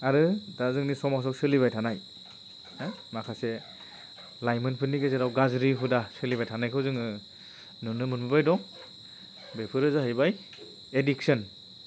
आरो दा जोंनि समाजाव सोलिबाय थानाय माखासे लाइमोनफोरनि गेजेराव गाज्रि हुदा सोलिबाय थानायखौ जोङो नुनो मोनबोबाय दं बेफोरो जाहैबाय एडिक्स'न